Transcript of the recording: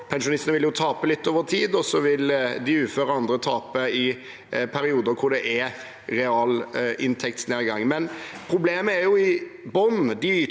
Pensjonistene vil tape litt over tid, og så vil de uføre og andre tape i perioder der det er realinntektsnedgang. Problemet er i bunnen: